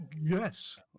Yes